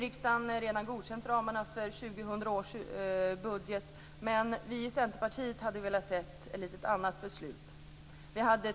Riksdagen har redan godkänt ramarna för 2000 års budget. Vi i Centerpartiet hade velat se ett lite annat beslut.